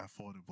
affordable